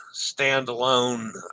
standalone